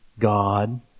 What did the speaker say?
God